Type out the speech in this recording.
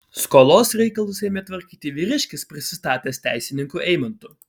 skolos reikalus ėmė tvarkyti vyriškis prisistatęs teisininku eimantu